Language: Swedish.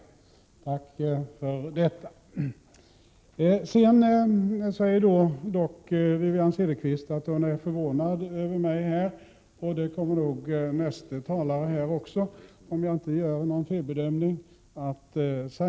Tack för detta! Sedan säger dock Wivi-Anne Cederqvist att hon är förvånad över mig, och det kommer nog också nästa talare att säga, om jag inte gör en felbedömning.